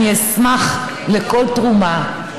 אני אשמח לכל תרומה,